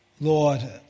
Lord